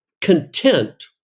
content